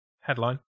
Headline